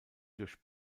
durch